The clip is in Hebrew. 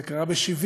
זה קרה ב-1978,